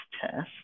test